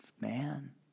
man